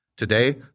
Today